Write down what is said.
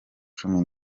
cumi